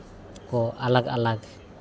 ᱠᱚ ᱟᱞᱟᱜᱽ ᱟᱞᱟᱜᱽ